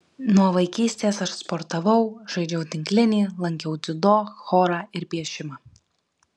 nuo vaikystės aš sportavau žaidžiau tinklinį lankiau dziudo chorą ir piešimą